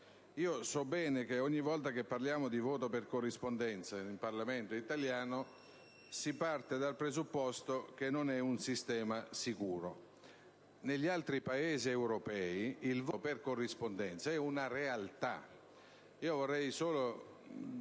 So bene che ogni volta che parliamo di voto per corrispondenza nel Parlamento italiano si parte dal presupposto che non è un sistema sicuro, ma altri Paesi europei il voto per corrispondenza è una realtà.